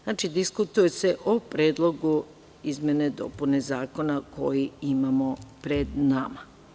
Znači, diskutuje se o predlogu izmene i dopune zakona koji imamo pred nama.